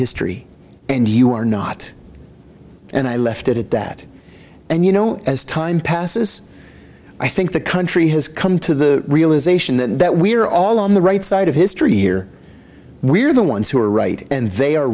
history and you are not and i left it at that and you know as time passes i think the country has come to the realization that that we are all on the right side of history here we're the ones who are right and